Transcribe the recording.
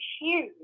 huge